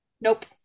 Nope